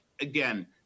again